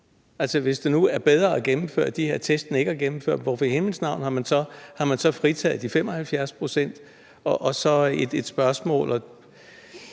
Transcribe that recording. resten. Hvis det nu er bedre at gennemføre de her test end ikke at gennemføre dem, hvorfor i himlens navn har man så fritaget de 75 pct.? Når nu det er sådan,